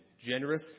generous